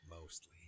Mostly